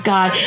God